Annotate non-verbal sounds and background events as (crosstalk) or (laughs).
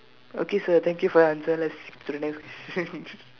okay sir thank you for your answer let's skip to the next question (laughs)